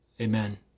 Amen